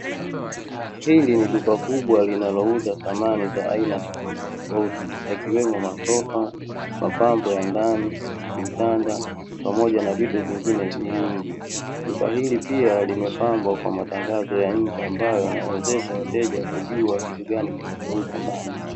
Hili ni duka kubwa linalouza samani za aina tofautitofauti yakiwemo masofa, mapambo ya ndani, vitanda pamoja na vitu vingine vingi. Duka hili pia limepambwa kwa matangazo ya nje, ambayo yanawezesha wateja kujua kitu gani kinauzwa ndani.